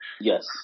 Yes